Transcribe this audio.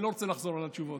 אני לא רוצה לחזור על התשובות.